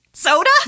soda